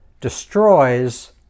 destroys